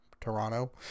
Toronto